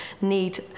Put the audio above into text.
need